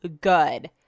good